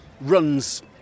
Runs